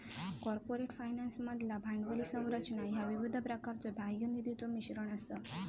corporate फायनान्समधला भांडवली संरचना ह्या विविध प्रकारच्यो बाह्य निधीचो मिश्रण असा